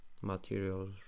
materials